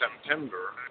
September